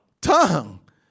tongue